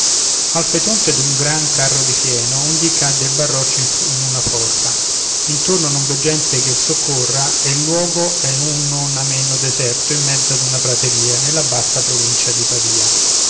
al fetonte d'un gran carro di fieno un dì cadde il baroccio in una forra intorno non v'è gente che il soccorra e il luogo è un non ameno deserto in mezzo ad una prateria nella bassa provincia di pavia